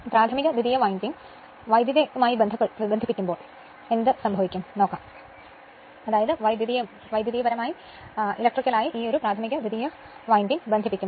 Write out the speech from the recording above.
പ്രാഥമിക ദ്വിതീയ വിൻഡിംഗ് വൈദ്യുതമായി ബന്ധിപ്പിക്കുമ്പോൾ